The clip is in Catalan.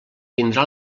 tindrà